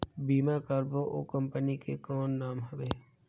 बीमा करबो ओ कंपनी के कौन नाम हवे?